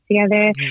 together